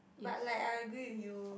but like I agree with you